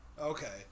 Okay